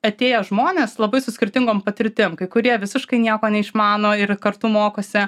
atėję žmonės labai su skirtingom patirtim kai kurie visiškai nieko neišmano ir kartu mokosi